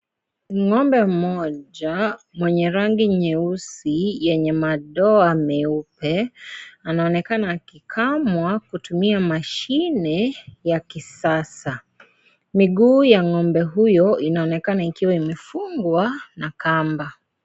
Ngombe mmoja mwenye rangi nyeusi yenye madoa meupe anaonekana akikamua akitumia mashine ya kisasa, miguu ya ngombe huyo inaonekana ikiwa imefungwa na kamba.